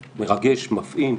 מפעים,